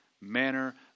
manner